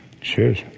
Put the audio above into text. Cheers